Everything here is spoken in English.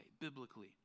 biblically